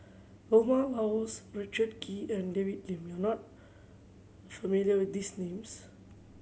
Vilma Laus Richard Kee and David Lim you are not familiar with these names